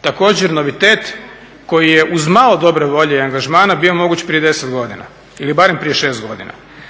također novitet koji je uz malo dobre volje i angažmana bio moguć prije 10 godina ili barem prije 6 godina.